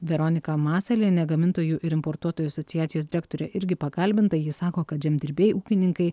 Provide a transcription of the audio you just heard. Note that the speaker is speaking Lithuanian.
veronika mazalienė gamintojų ir importuotojų asociacijos direktorė irgi pakalbinta ji sako kad žemdirbiai ūkininkai